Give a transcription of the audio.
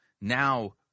now